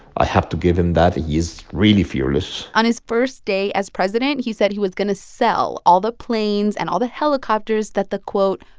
i have to give him that. he is really fearless on his first day as president, he said he was going to sell all the planes and all the helicopters that the, quote,